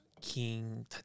king